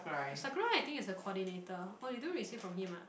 Sakurai I think is a coordinator oh you don't receive from him ah